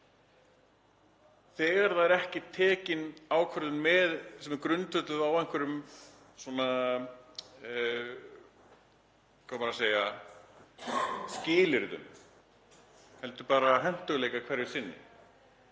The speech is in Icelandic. Þegar það er ekki tekin ákvörðun sem er grundvölluð á einhverjum skilyrðum heldur bara hentugleika hverju sinni